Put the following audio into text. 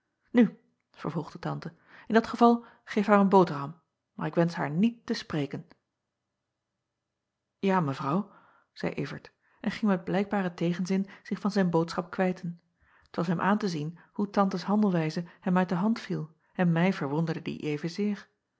u vervolgde ante in dat geval geef haar een boterham maar ik wensch haar niet te spreken a evrouw zeî vert en ging met blijkbaren tegenzin zich van zijn boodschap kwijten t as hem aan te zien hoe antes handelwijze hem uit de hand viel en mij verwonderde die evenzeer